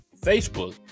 Facebook